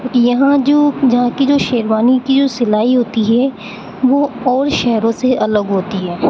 یہاں جو یہاں کی جو شیروانی کی جو سلائی ہوتی ہے وہ اور شہروں سے الگ ہوتی ہے